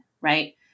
right